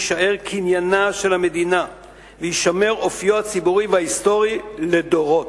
יישאר קניינה של המדינה ויישמר אופיו הציבורי וההיסטורי לדורות.